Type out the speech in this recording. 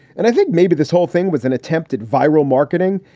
and i think maybe this whole thing was an attempted viral marketing.